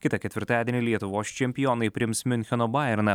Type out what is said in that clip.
kitą ketvirtadienį lietuvos čempionai priims miuncheno bajerną